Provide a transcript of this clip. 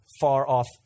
far-off